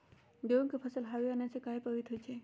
गेंहू के फसल हव आने से काहे पभवित होई छई?